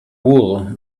wool